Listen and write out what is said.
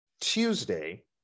Tuesday